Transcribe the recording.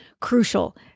crucial